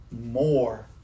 more